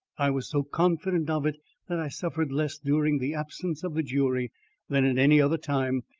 i was so confident of it that i suffered less during the absence of the jury than at any other time,